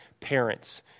parents